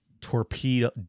torpedo